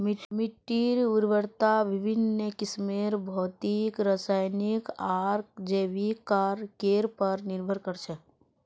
मिट्टीर उर्वरता विभिन्न किस्मेर भौतिक रासायनिक आर जैविक कारकेर पर निर्भर कर छे